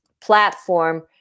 platform